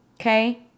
Okay